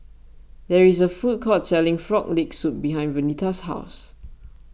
there is a food court selling Frog Leg Soup behind Vernita's house